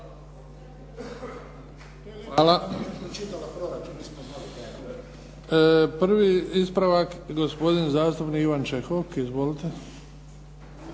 Hvala. Prvi ispravak, gospodin zastupnik Ivan Čehok. Izvolite.